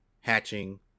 hatching